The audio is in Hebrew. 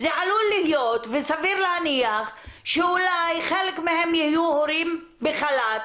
זה עלול להיות וסביר להניח שאולי חלק מהם יהיו הורים בחל"ת,